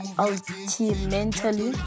ultimately